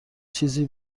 چیزی